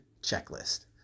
checklist